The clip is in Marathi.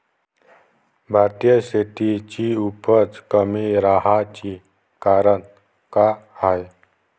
भारतीय शेतीची उपज कमी राहाची कारन का हाय?